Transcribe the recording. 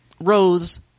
Rose